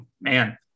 Man